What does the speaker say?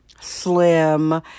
Slim